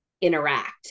interact